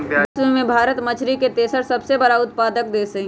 विश्व में भारत मछरी के तेसर सबसे बड़ उत्पादक देश हई